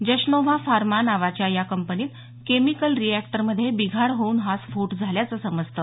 जशनोव्हा pharma नावाच्या या कंपनीत केमिकल रिएक्टरमध्ये बिघाड होऊन हा स्फोट झाल्याचं समजतं